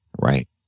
Right